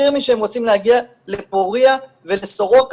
משהם רוצים להגיע לפורייה ולסורוקה.